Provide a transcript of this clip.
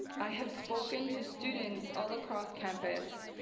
i have spoken to students all across campus,